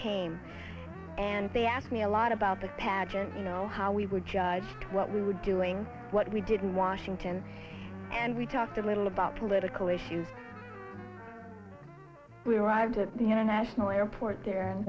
came and they asked me a lot about the pageant you know how we were judged what we were doing what we didn't washington and we talked a little about political issues we arrived at the international airport there